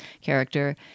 character